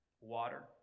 water